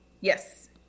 Yes